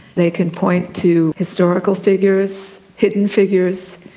they can point to historical figures, hidden figures,